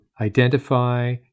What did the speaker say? identify